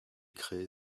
crée